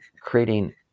creating